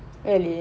really